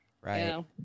Right